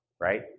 right